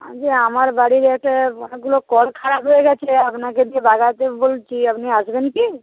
বলছি আমার বাড়ির এটা অনেকগুলো কল খারাপ হয়ে গেছে আপনাকে দিয়ে বাঁধাতে বলছি আপনি আসবেন কি